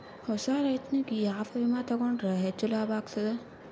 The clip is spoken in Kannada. ಹೊಸಾ ರೈತನಿಗೆ ಯಾವ ವಿಮಾ ತೊಗೊಂಡರ ಹೆಚ್ಚು ಲಾಭ ಆಗತದ?